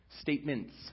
statements